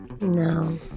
No